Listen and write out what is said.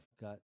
got